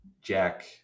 Jack